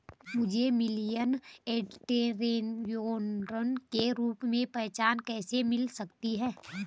मुझे millennial entrepreneur के रूप में पहचान कैसे मिल सकती है?